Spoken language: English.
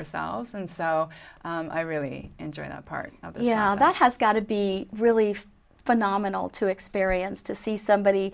ourselves and so i really enjoy that part that has got to be really phenomenal to experience to see somebody